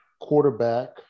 quarterback